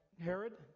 Herod